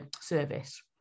service